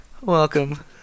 Welcome